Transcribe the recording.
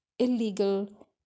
illegal